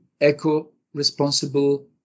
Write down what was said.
eco-responsible